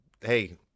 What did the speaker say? Hey